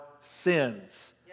sins